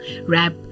rap